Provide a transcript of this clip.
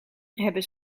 hebben